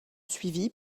suivis